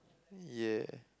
ya